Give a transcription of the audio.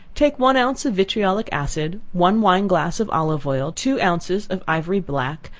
take one ounce of vitriolic acid, one wine-glass of olive oil, two ounces of ivory black,